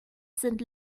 sind